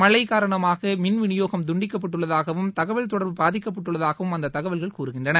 மழை காரணமாக மின் விநியோகம் துண்டிக்கப்பட்டுள்ளதாகவும் தகவல் தொடர்பு பாதிக்கப்பட்டுள்ளதாகவும் அந்தத் தகவல்கள் கூறுகின்றன